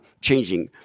changing